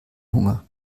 hunger